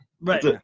Right